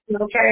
okay